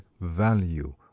value